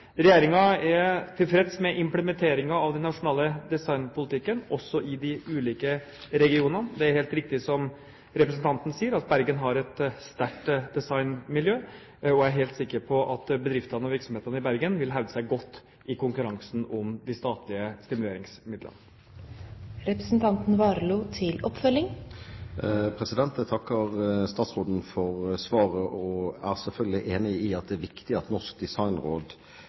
er tilfreds med implementeringen av den nasjonale designpolitikken, også i de ulike regionene. Det er helt riktig som representanten sier, at Bergen har et sterkt designmiljø, og jeg er helt sikker på at bedriftene og virksomhetene i Bergen vil hevde seg godt i konkurransen om de statlige stimuleringsmidlene. Jeg takker statsråden for svaret. Jeg er selvfølgelig enig i at det er viktig at Norsk Designråd